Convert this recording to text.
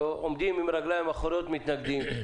שעומד על הרגליים האחוריות ומתנגדים?